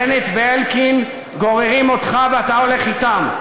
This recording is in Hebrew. בנט ואלקין גוררים אותך, ואתה הולך אתם,